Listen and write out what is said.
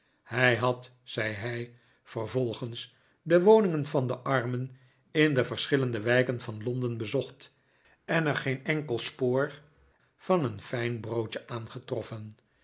hij had zei hij vervolgens de woningen van de armen in de verschillende wijken van londen bezocht en er geen enkel spoor van een fijn broodje aangetroffen